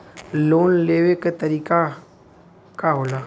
Loan लेवे क तरीकाका होला?